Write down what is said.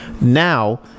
Now